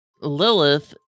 Lilith